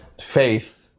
faith